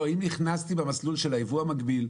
אם נכנסתי במסלול של היבוא המקביל.